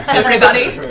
everybody.